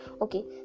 okay